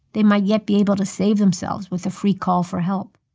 they might yet be able to save themselves with a free call for help.